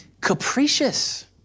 capricious